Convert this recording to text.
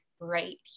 right